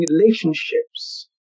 relationships